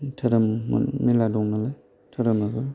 धोरोम मेरला दं नालाय धोरोमाबो